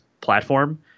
platform